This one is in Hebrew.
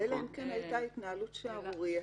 אלא אם כן הייתה התנהלות שערורייתית,